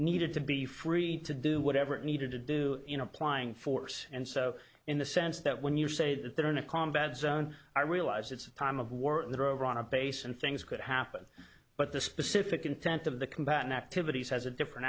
needed to be free to do whatever it needed to do in applying force and so in the sense that when you say that they're in a combat zone i realize it's a time of war over on a base and things could happen but the specific intent of the combatant activities has a different